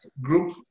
group